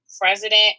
president